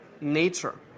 nature